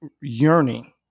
yearning